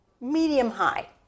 medium-high